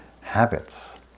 habits